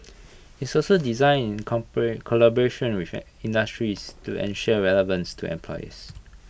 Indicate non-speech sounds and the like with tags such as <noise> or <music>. it's also design in <unintelligible> collaboration with industry to ensure relevance to employers